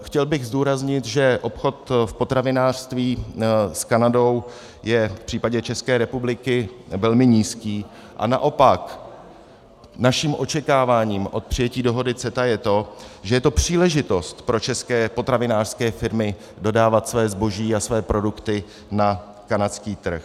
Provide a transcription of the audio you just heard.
Chtěl bych zdůraznit, že obchod v potravinářství s Kanadou je v případě České republiky velmi nízký a naopak naším očekáváním od přijetí dohody CETA je to, že je to příležitost pro české potravinářské firmy dodávat své zboží a své produkty na kanadský trh.